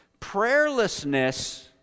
prayerlessness